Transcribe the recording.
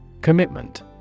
Commitment